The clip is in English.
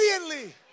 Immediately